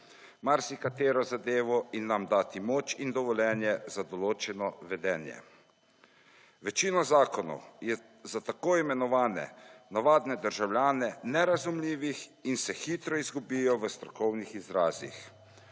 marsikatero zadevo in nam dati moč in dovoljenje za odločeno dovoljenje. Večina zakonov je za tako imenovane navadne državljane nerazumljivih in se hitro izgubijo v strokovnih izrazih.